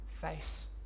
face